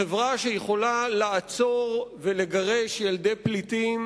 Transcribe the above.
חברה שיכולה לעצור ולגרש ילדי פליטים